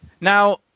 Now